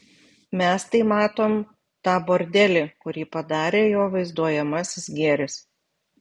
mes tai matom tą bordelį kurį padarė jo vaizduojamasis gėris